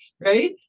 right